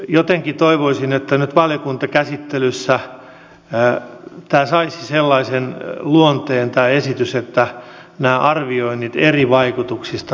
jotenkin toivoisin että nyt valiokuntakäsittelyssä tämä esitys saisi sellaisen luonteen että nämä arvioinnit eri vaikutuksista huolellisemmin vaadittaisiin tehtäväksi